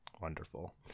Wonderful